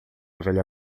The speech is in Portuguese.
velha